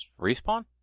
Respawn